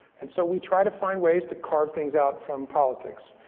and so, we try to find ways to carve things out from politics.